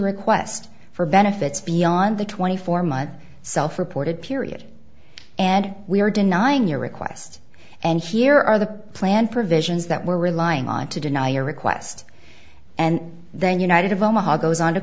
request for benefits beyond the twenty four month self reported period and we are denying your request and here are the plan provisions that we're relying on to deny your request and then united of omaha goes on to